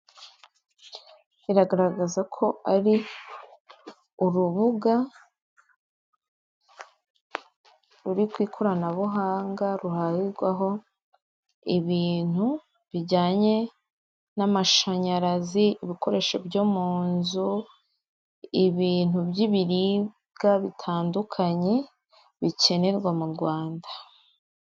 Biragaragaza ko ari urubuga ruri ku ikoranabuhanga ruhahirwaho ibintu bijyanye n'amashanyarazi, ibikoresho byo mu nzu, ibintu by'ibiribwa bitandukanye bikenerwa mu Rwanda.